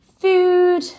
food